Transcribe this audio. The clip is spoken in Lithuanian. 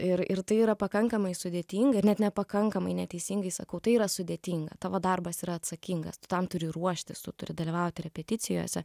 ir ir tai yra pakankamai sudėtinga ir net nepakankamai neteisingai sakau tai yra sudėtinga tavo darbas yra atsakingas tu tam turi ruoštis tu turi dalyvauti repeticijose